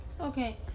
Okay